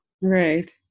Right